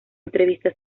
entrevista